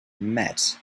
met